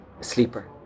sleeper